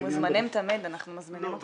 אתם מוזמנים תמיד, אנחנו מזמינים אתכם כל הזמן.